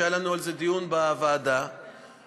שהיה לנו על זה דיון בוועדה נכון,